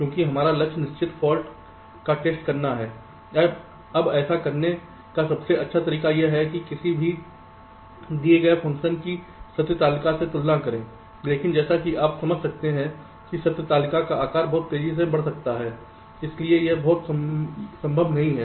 क्योंकि हमारा लक्ष्य निश्चित फॉल्ट्स का टेस्ट करना है अब ऐसा करने का सबसे अच्छा तरीका यह है कि किसी दिए गए फ़ंक्शन की सत्य तालिका की तुलना करें लेकिन जैसा कि आप समझ सकते हैं कि सत्य तालिका का आकार बहुत तेज़ी से बढ़ सकता है इसलिए यह बहुत संभव नहीं है